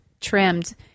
trimmed